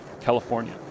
California